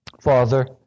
Father